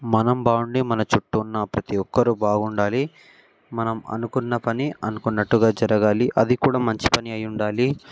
మనం బాగుండి మన చుట్టూ ఉన్న ప్రతీ ఒక్కరూ బాగుండాలి మనం అనుకున్న పని అనుకున్నట్టుగా జరగాలి అది కూడా మంచి పని అయి ఉండాలి